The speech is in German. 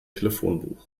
telefonbuch